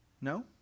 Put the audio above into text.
No